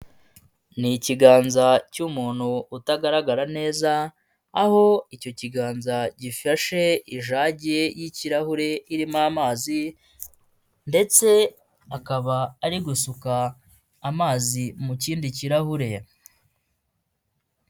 Ni ikiganza cy'umuntu utagaragara neza aho icyo kiganza gifashe ijage y'ikirahure irimo amazi ndetse akaba ari gusuka amazi mu kindi kirahure .